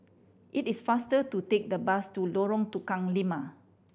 it is faster to take the bus to Lorong Tukang Lima